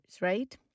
right